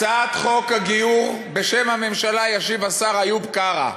הצעת חוק הגיור, בשם הממשלה ישיב השר איוב קרא.